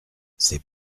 c’est